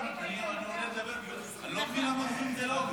זוכר --- אני לא מבין למה דוחים את זה לאוגוסט.